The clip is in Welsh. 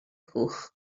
cwch